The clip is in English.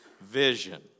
vision